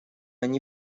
они